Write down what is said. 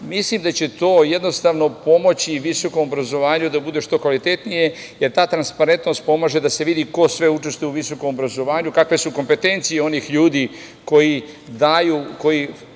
Mislim da će to jednostavno pomoći visokom obrazovanju da bude što kvalitetnije, jer ta transparentnost pomaže da se vidi ko sve učestvuje u visokom obrazovanju, kakve su kompetencije onih ljudi koji struktuiraju